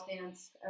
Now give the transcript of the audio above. dance